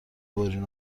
برین